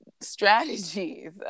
strategies